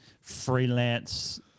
freelance